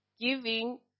giving